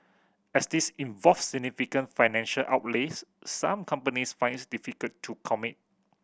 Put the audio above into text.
as these involve significant financial outlays some companies find it difficult to commit